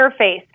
interface